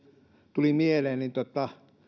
tuli mieleen